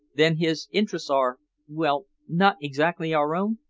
then his interests are well, not exactly our own?